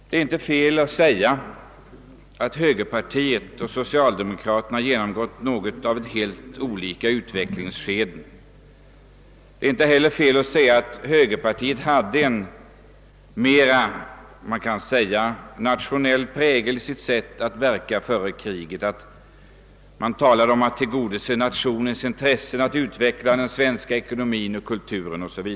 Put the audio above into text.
Det är inte fel att påstå, att högerpartiet och socialdemokraterna har genomgått helt olika utvecklingsskeden. Det är inte heller fel att påstå, att högerpartiet hade en mera nationell prägel i sitt sätt att verka före kriget. Man talade om att tillgodose nationens intresse, att utveckla svensk ekonomi och kultur 0. s. v.